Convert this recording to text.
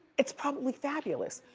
it's probably fabulous.